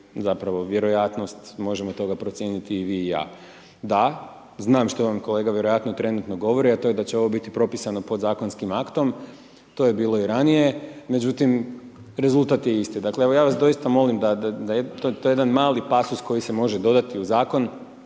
zapravo vjerojatnost možemo toga procijeniti i vi i ja. Da, znam što je ono kolega vjerojatno trenutno govori, a to je da će ovo biti propisano pod zakonskim aktom to je bilo i ranije, međutim rezultat je isti. Dakle, evo ja vas doista molim da to je jedan mali pasus koji se može dodati u zakon